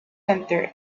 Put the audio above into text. centre